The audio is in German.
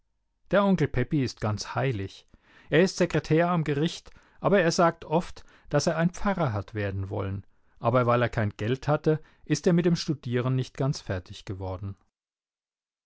der onkel pepi ist ganz heilig er ist sekretär am gericht aber er sagt oft daß er ein pfarrer hat werden wollen aber weil er kein geld hatte ist er mit dem studieren nicht ganz fertig geworden